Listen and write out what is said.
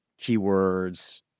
keywords